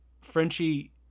Frenchie